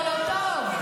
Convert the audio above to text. חבר הכנסת לוי,